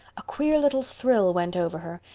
a queer little thrill went over her,